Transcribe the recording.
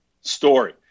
story